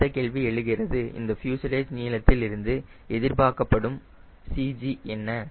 அடுத்த கேள்வி எழுகிறது இந்த ஃப்யூசலேஜ் நீளத்தில் இருந்து எதிர்பார்க்கப்படும் CG என்ன